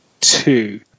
two